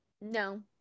no